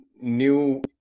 New